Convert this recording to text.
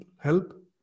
help